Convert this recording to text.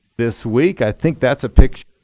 this week. i think that's a picture